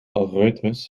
algoritmes